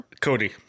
Cody